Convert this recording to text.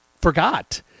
forgot